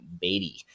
Beatty